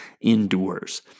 endures